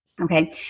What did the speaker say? Okay